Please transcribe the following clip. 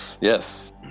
Yes